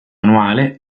manuale